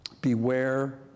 Beware